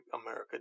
America